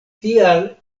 tial